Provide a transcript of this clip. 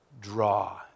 Draw